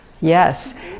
Yes